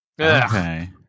Okay